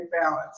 balance